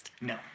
no